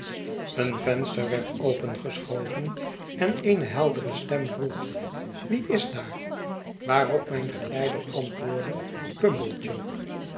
een venster werd opengeschoven en eene heldere stem vroeg wie is daar waarop mijn geleider antwoordde pumblechook